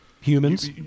Humans